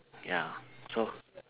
ya so